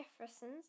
Jefferson's